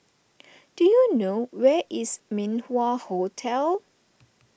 do you know where is Min Wah Hotel